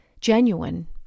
genuine